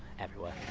everywhere.